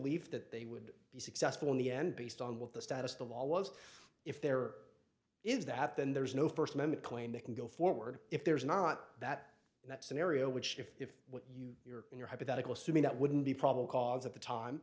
leave that they would be successful in the end based on what the status of the law was if there is that then there is no first amendment claim they can go forward if there is not that that scenario which if you're in your hypothetical assuming that wouldn't be probable cause at the time